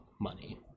money